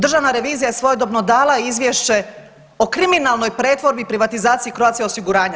Državna revizija je svojedobno dala izvješće o kriminalnoj pretvorbi i privatizaciji Croatia osiguranja.